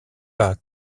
pas